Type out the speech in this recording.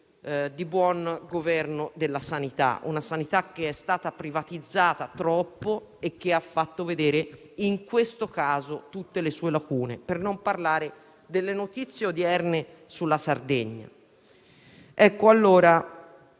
di buon governo della sanità. Una sanità che è stata privatizzata troppo e che ha fatto vedere in questo caso tutte le sue lacune. Per non parlare delle notizie odierne sulla Sardegna. Mi avvio a